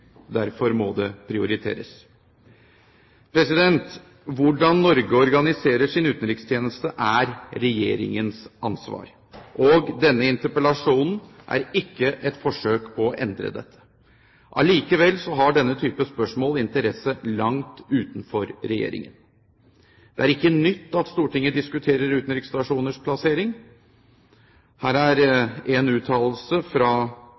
Derfor må det prioriteres. Hvordan Norge organiserer sin utenrikstjeneste, er Regjeringens ansvar. Denne interpellasjonen er ikke et forsøk på å endre dette. Likevel har denne typen spørsmål interesse langt utenfor Regjeringen. Det er ikke nytt at Stortinget diskuterer utenriksstasjoners plassering. Her en uttalelse fra